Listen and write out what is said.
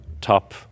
top